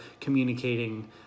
communicating